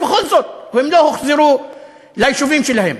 ובכל זאת הם לא הוחזרו ליישובים שלהם.